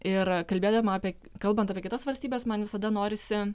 ir kalbėdama apie kalbant apie kitas valstybes man visada norisi